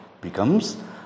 Becomes